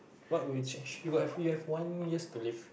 what will you change you have you have one years to live